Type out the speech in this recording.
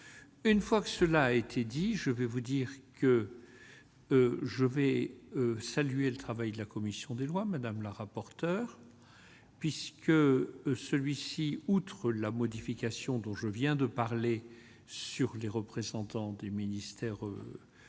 une fois que cela a été dit, je vais vous dire que je vais saluer le travail de la commission des lois, madame la rapporteure, puisque celui-ci, outre la modification dont je viens de parler sur les représentants des ministères auxquels